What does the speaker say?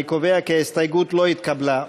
אני קובע כי ההסתייגות לא התקבלה.